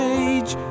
age